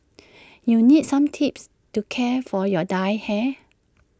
you need some tips to care for your dyed hair